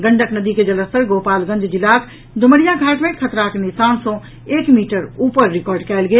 गंडक नदी के जलस्तर गोपालगंज जिलाक डुमरिया घाट मे खतराक निशान सँ एक मीटर ऊपर रिकॉर्ड कयल गेल